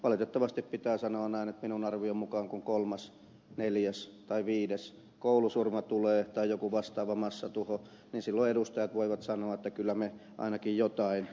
valitettavasti pitää sanoa näin että minun arvioni mukaan kun kolmas neljäs tai viides koulusurma tulee tai joku vastaava massatuho silloin edustajat voivat sanoa että kyllä me ainakin jotain teimme